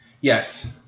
Yes